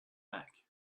back